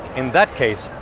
in that case,